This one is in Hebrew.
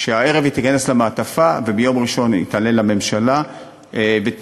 שהערב היא תיכנס למעטפה וביום ראשון היא תעלה לממשלה ותאושר.